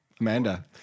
Amanda